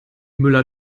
müller